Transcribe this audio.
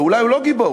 ואולי הוא לא גיבור,